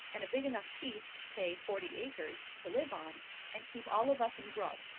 and a big enough piece, say forty acres, to live on and keep all of us in grub.